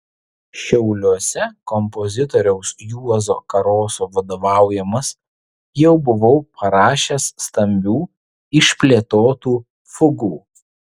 šiauliuose kompozitoriaus juozo karoso vadovaujamas jau buvau parašęs stambių išplėtotų fugų